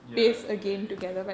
ya ya ya ya